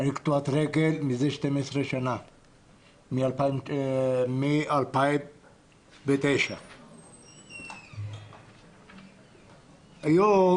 קטוע רגל מזה 12 שנה, משנת 2009. היום